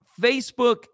Facebook